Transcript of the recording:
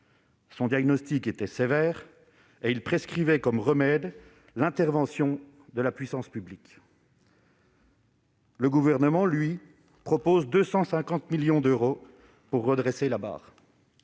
Son diagnostic était sévère et il prescrivait comme remède l'intervention de la puissance publique. Le Gouvernement propose, quant à lui, 250 millions d'euros pour redresser la barre.